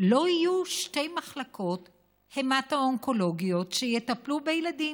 לא יהיו שתי מחלקות המטו-אונקולוגיות שיטפלו בילדים,